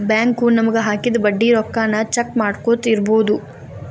bank ನಮಗ ಹಾಕಿದ ಬಡ್ಡಿ ರೊಕ್ಕಾನ ಚೆಕ್ ಮಾಡ್ಕೊತ್ ಇರ್ಬೊದು